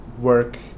work